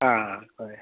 आ आ कळें